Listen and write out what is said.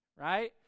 right